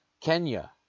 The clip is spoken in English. Kenya